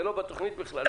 זה לא בתוכנית בכלל,